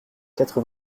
quatre